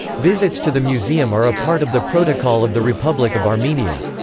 visits to the museum are a part of the protocol of the republic of armenia.